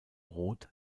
rot